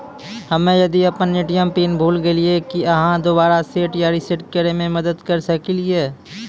हम्मे यदि अपन ए.टी.एम पिन भूल गलियै, की आहाँ दोबारा सेट या रिसेट करैमे मदद करऽ सकलियै?